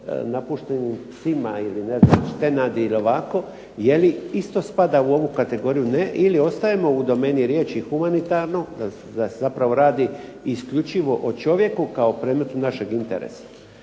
napuštenim psima, ili ne znam, štenadi ili ovako? Je li isto spada u ovu kategoriju ili ostajemo u domeni riječi humanitarno, da se zapravo radi isključivo o čovjeku kao predmetu našeg interesa?